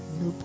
no